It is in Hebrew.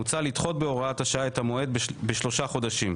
מוצע לדחות בהוראת השעה את המועד בשלושה חודשים.